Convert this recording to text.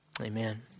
Amen